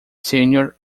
sênior